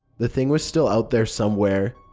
the thing was still out there somewhere,